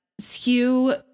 skew